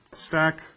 Stack